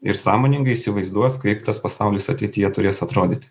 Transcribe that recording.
ir sąmoningai įsivaizduos kaip tas pasaulis ateityje turės atrodyti